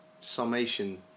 summation